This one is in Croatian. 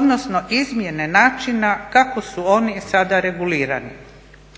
odnosno izmjene načina kako su oni sada regulirani.